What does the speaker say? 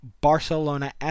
Barcelona